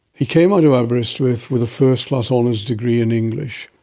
he came out of aberystwyth with a first-class honours degree in english.